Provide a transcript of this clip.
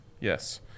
Yes